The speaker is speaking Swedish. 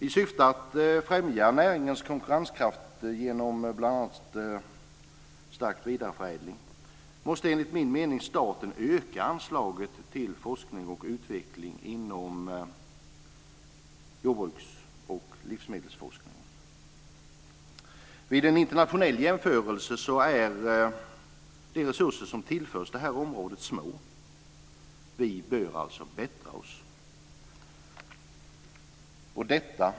I syfte att främja näringens konkurrenskraft genom bl.a. stark vidareförädling måste enligt min mening staten öka anslaget till forskning och utveckling inom jordbruks och livsmedelsforskningen. Vid en internationell jämförelse är de resurser som tillförs detta område små. Vi bör alltså bättra oss.